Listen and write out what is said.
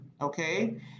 Okay